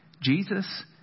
Jesus